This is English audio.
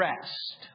rest